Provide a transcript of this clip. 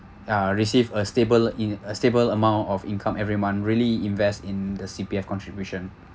uh received a stable in a stable amount of income everyone really invest in the C_P_F contribution